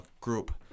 group